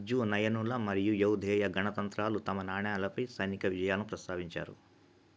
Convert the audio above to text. అర్జునయనుల మరియు యౌధేయ గణతంత్రాలు తమ నాణేలపై సైనిక విజయాలను ప్రస్తావించారు